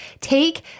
take